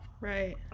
Right